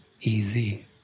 easy